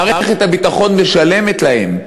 מערכת הביטחון משלמת להם.